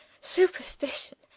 superstition